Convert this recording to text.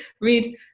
read